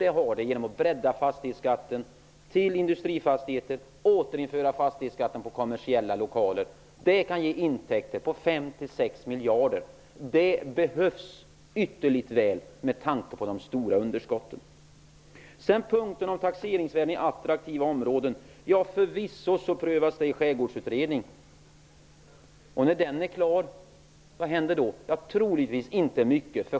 Detta blir fallet om vi breddar fastighetsskatten till att omfatta industrifastigheter och återinför fastighetsskatten på kommersiella lokaler. Det kan ge intäkter på 5--6 miljarder, och det behövs ytterligt väl med tanke på de stora underskotten. Förvisso prövas frågan om taxeringsvärdet i attraktiva områden i Skärgårdsutredningen. Men vad händer när den är klar? Troligtvis inte mycket.